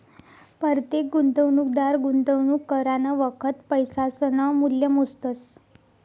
परतेक गुंतवणूकदार गुंतवणूक करानं वखत पैसासनं मूल्य मोजतस